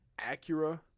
Acura